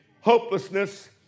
hopelessness